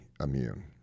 immune